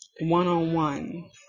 one-on-one